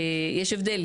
יש הבדל.